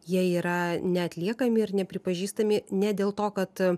jie yra neatliekami ir nepripažįstami ne dėl to kad